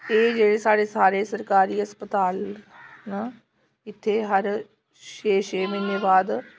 एह् जेहड़े साढ़े सारे सरकारी हस्पताल न इत्थे हर छे छे म्हीने बाद